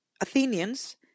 Athenians